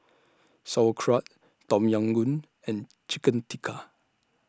Sauerkraut Tom Yam Goong and Chicken Tikka